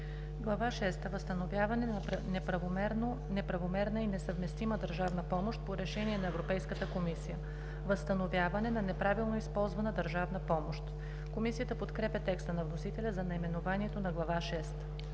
шеста – Възстановяване на неправомерна и несъвместима държавна помощ по решение на Европейската комисия. Възстановяване на неправилно използвана държавна помощ“. Комисията подкрепя текста на вносителя за наименованието на Глава